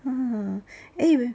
ah eh